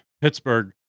Pittsburgh